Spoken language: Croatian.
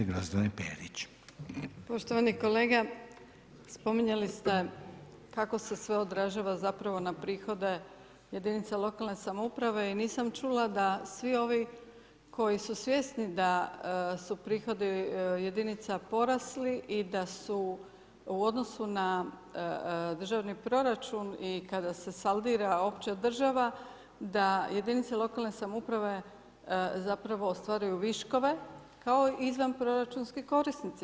Poštovani kolega, spominjali ste kako se sve odražava zapravo na prihode jedinice lokalne samouprave i nisam čula da svi ovi koji su svjesni da su prihodi jedinica porasli i da su u odnosu na državni proračun i kada se saldira opća država, da jedinice lokalne samouprave zapravo ostvaruju viškove, kao izvanproračunski korisnici.